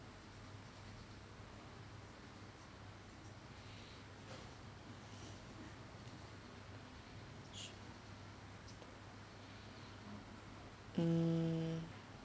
um